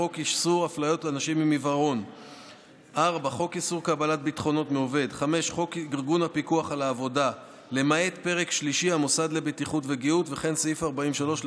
לעניין הסמכות שניתנה לשר העבודה והרווחה לפי סעיף 5(א)(2)